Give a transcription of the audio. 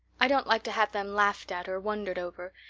i don't like to have them laughed at or wondered over.